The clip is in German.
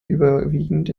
überwiegend